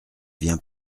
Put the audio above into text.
viens